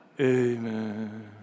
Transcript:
amen